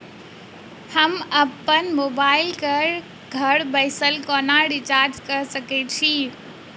हम अप्पन मोबाइल कऽ घर बैसल कोना रिचार्ज कऽ सकय छी?